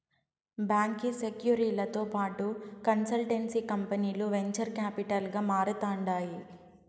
బాంకీ సెక్యూరీలతో పాటు కన్సల్టెన్సీ కంపనీలు వెంచర్ కాపిటల్ గా మారతాండాయి